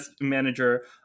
manager